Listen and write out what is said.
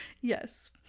Yes